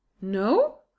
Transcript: No